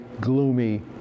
gloomy